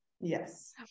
Yes